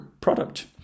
product